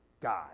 God